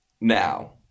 now